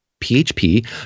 PHP